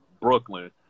Brooklyn